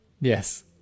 Yes